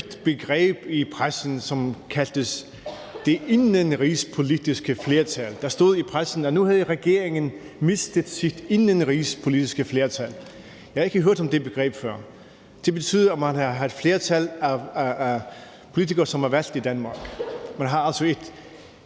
der et nyt begreb i pressen, som kaldtes for det indenrigspolitiske flertal. Der stod i pressen, at nu havde regeringen mistet sit indenrigspolitiske flertal. Jeg havde ikke hørt om det begreb før. Det betyder, at man har et flertal af politikere, som er valgt i Danmark.